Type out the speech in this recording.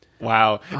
Wow